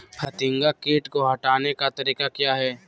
फतिंगा किट को हटाने का तरीका क्या है?